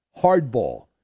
hardball